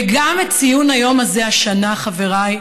וגם את ציון היום הזה השנה, חבריי,